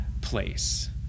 place